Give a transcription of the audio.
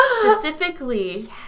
Specifically